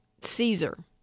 Caesar